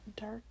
dark